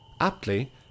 Aptly